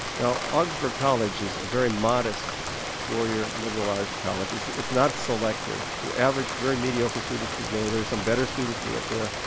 now augsburg college is a very modest four-year liberal arts college it's it's not selective, average very mediocre students could go there some better students went there.